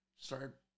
start